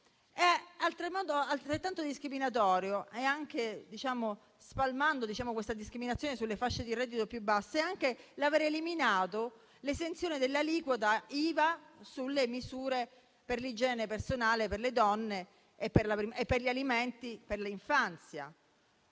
Altrettanto discriminatorio, spalmando questa discriminazione sulle fasce di reddito più basse, è l'aver eliminato l'esenzione dell'aliquota IVA sui prodotti per l'igiene personale per le donne e per gli alimenti per l'infanzia.